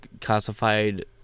classified